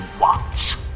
watch